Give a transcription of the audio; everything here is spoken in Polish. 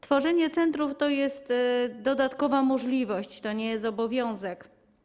Tworzenie centrów to jest dodatkowa możliwość, to nie jest obowiązek.